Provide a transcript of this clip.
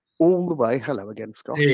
all the way, hello again, scott.